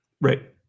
Right